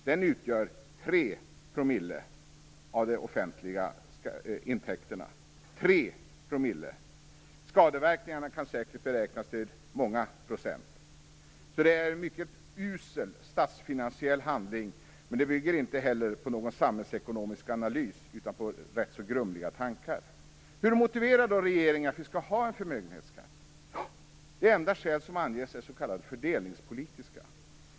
Den utgör 3 % av de offentliga intäkterna - 3 %. Skadeverkningarna kan säkert beräknas till många procent. Så det är en mycket usel statsfinansiell handling, men det bygger inte heller på någon samhällsekonomisk analys utan på rätt så grumliga tankar. Hur motiverar då regeringen att vi skall ha en förmögenhetsskatt? Ja, de enda skäl som anges är s.k. fördelningspolitiska.